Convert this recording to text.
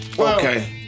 Okay